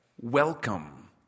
Welcome